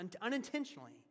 unintentionally